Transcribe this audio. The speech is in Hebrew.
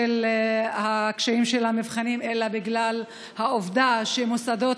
בגלל הקשיים של המבחנים אלא בגלל העובדה שמוסדות